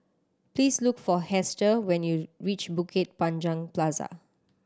please look for Hester when you reach Bukit Panjang Plaza